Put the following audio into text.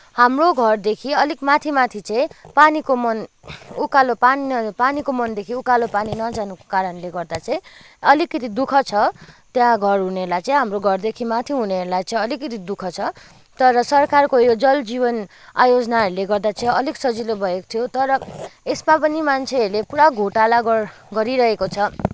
हाम्रो घरदेखि अलिक माथि माथि चाहिँ पानीको मुहान उकालो पानी मुहानदेखि उकालो पानी नजानुको कारणले गर्दा चाहिँ अलिकति दुखः छ त्यहाँ घर हुनेलाई चाहिँ हाम्रो घरदेखि माथि हुनेहरूलाई चाहिँ अलिकति दुखः छ तर सरकारको यो जल जीवन आयोजनाहरूले गर्दा चाहिँ अलिक सजिलो भएको थियो तर यसमा पनि मान्छेहरूले पुरा घोटाला गर गरिरहेको छ